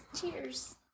Cheers